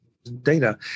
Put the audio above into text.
data